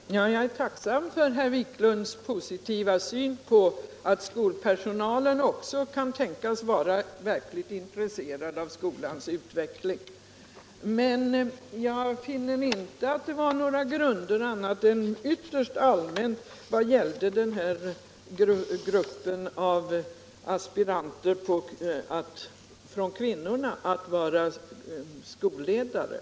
Herr talman! Jag är tacksam för herr Wiklunds positiva syn och för att han anser att också skolpersonalen kan tänkas vara verkligt intresserad av skolans utveckling. Jag finner dock inte den synen byggd på annat än ytterst allmänna grunder i vad gällde den här gruppen kvinnliga aspiranter som ville utbilda sig till skolledare.